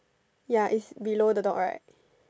ya is below the dog right